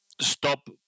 stop